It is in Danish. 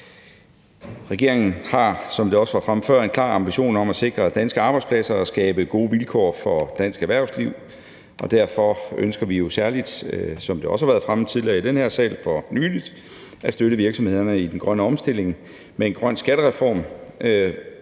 Regeringen har, som det også var fremme før, en klar ambition om at sikre danske arbejdspladser og skabe gode vilkår for dansk erhvervsliv. Derfor ønsker vi jo særlig, som det også har været fremme tidligere i den her sal for nylig, at støtte virksomhederne i den grønne omstilling med en grøn skattereform,